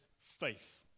faith